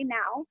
now